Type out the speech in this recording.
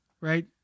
right